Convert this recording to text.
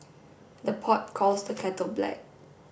the pot calls the kettle black